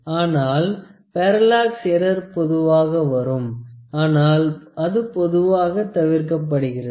ஆனால் parallax error பொதுவாக வரும் ஆனால் அது பொதுவாக தவிர்க்கப்படுகிறது